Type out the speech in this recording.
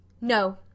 No